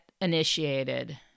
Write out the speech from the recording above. initiated